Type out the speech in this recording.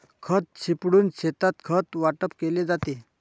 खत शिंपडून शेतात खत वाटप केले जाते